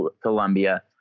Colombia